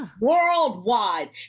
worldwide